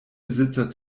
besitzer